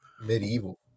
medieval